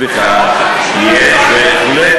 מי מחליף